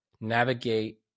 navigate